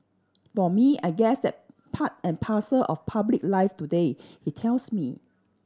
for me I guess that part and parcel of public life today he tells me